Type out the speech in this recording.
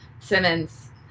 Simmons